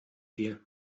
viel